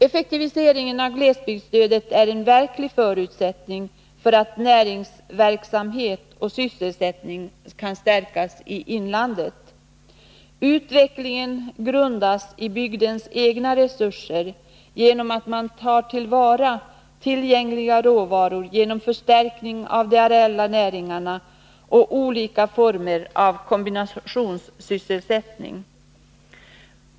Effektivisering av glesbygdsstödet är en verklig förutsättning för att näringsverksamhet och sysselsättning skall kunna stärkas i inlandet. Utvecklingen grundas i bygdens egna resurser genom att man tillvaratar tillgängliga råvaror, genom förstärkning av de areella näringarna och olika former av kombinationssysselsättning.